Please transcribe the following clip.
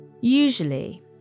Usually